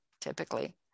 typically